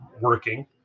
working